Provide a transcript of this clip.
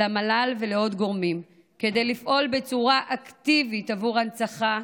אל המל"ל ואל עוד גורמים כדי לפעול בצורה אקטיבית עבור הנצחה,